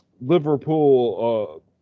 Liverpool